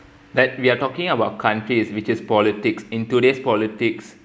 like we are talking about countries which is politics in today's politics